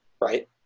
Right